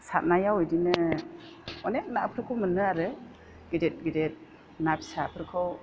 सारनायाव बिदिनो अनेक नाफोरखौ मोनो आरो गिदिर गिदिर ना फिसाफोरखौ